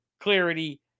clarity